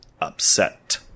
upset